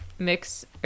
Mix